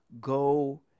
go